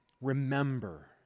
Remember